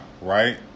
Right